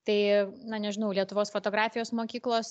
tai na nežinau lietuvos fotografijos mokyklos